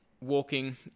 walking